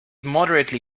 moderately